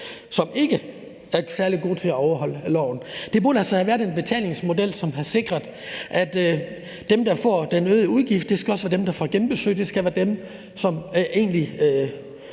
som ikke særlig gode til at overholde loven. Det burde have været en betalingsmodel, som havde sikret, at dem, der får den øgede udgift, også er dem, som får genbesøg; det skal være dem, som egentlig